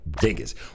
diggers